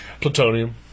Plutonium